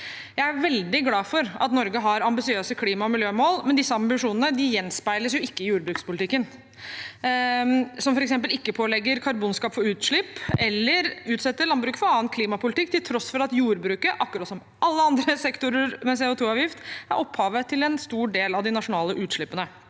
Jeg er veldig glad for at Norge har ambisiøse klima- og miljømål, men disse ambisjonene gjenspeiles ikke i jordbrukspolitikken, som f.eks. ikke pålegger karbonskatt for utslipp eller utsetter landbruket for annen klimapolitikk, til tross for at jordbruket, akkurat som alle andre sektorer med CO2-avgift, er opphavet til en stor del av de nasjonale utslippene.